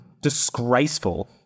disgraceful